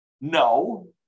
no